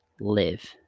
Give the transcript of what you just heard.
live